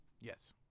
Yes